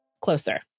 Closer